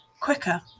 quicker